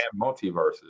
multiverses